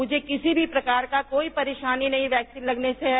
मुझे किसी भी प्रकार का कोई परेशानी नहीं वैक्सीन लगने से है